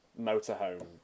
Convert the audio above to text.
motorhome